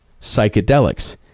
psychedelics